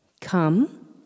Come